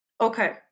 okay